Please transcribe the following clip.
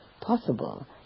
possible